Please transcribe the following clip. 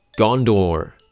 Gondor